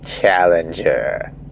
Challenger